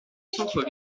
centre